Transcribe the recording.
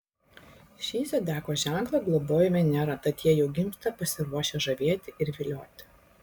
šį zodiako ženklą globoja venera tad jie jau gimsta pasiruošę žavėti ir vilioti